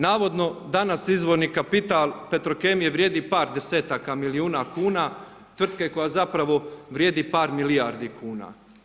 Navodno danas izvorni kapital Petrokemije vrijedi par desetaka milijuna kuna, tvrtke koja zapravo vrijedi par milijardi kuna.